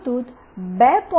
Bluetooth 2